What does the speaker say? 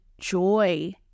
joy